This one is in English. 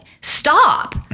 stop